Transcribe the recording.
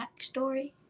backstory